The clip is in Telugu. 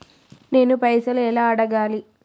నేను పైసలు ఎలా అడగాలి?